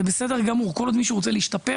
זה בסדר גמור, כל עוד מישהו רוצה להשתפר